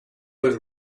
was